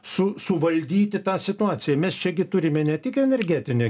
su suvaldyti tą situaciją mes čia gi turime ne tik energetinę